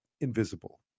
invisible